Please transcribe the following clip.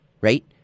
right